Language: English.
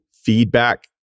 feedback